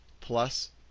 plus